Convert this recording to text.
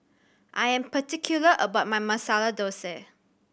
I am particular about my Masala Dosa